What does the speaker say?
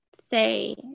say